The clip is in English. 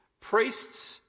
Priests